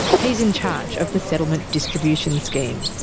he's in charge of the settlement distribution scheme.